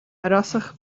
arhoswch